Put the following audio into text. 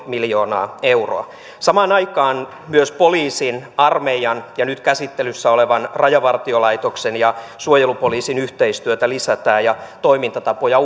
viisi miljoonaa euroa samaan aikaan myös poliisin armeijan ja nyt käsittelyssä olevan rajavartiolaitoksen ja suojelupoliisin yhteistyötä lisätään ja toimintatapoja